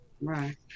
Right